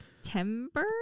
September